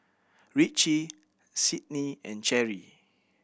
Ritchie Sydnee and Cherrie